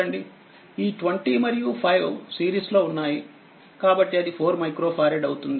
ఈ20మరియు5సిరీస్ లో ఉన్నాయికాబట్టిఇది4మైక్రో ఫారెడ్ అవుతుంది